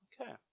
okay